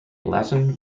latin